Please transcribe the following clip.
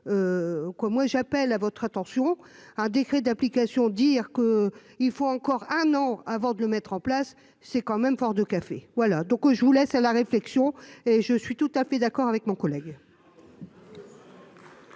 moi j'appelle à votre attention, un décret d'application, dire que il faut encore un an avant de le mettre en place, c'est quand même fort de café, voilà donc je vous laisse à la réflexion et je suis tout à fait d'accord avec mon collègue.